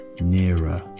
nearer